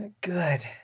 Good